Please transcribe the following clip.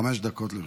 חמש דקות לרשותך.